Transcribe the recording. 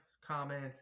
comment